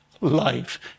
life